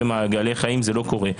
אבל זה לא קורה.